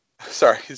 sorry